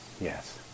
Yes